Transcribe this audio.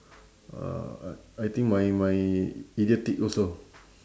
uh I think my my idiotic also